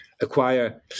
acquire